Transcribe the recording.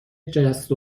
جست